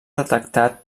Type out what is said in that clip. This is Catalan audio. detectat